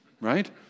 Right